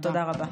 תודה רבה.